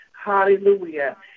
Hallelujah